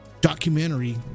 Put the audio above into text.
documentary